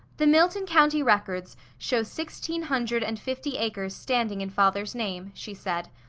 the milton county records show sixteen hundred and fifty acres standing in father's name, she said.